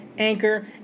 Anchor